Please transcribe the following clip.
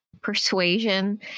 persuasion